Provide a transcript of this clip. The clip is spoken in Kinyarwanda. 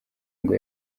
ngo